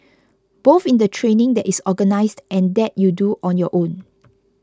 both in the training that is organised and that you do on your own